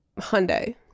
Hyundai